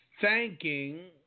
thanking